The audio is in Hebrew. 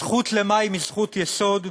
הזכות למים היא זכות יסוד,